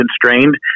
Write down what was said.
constrained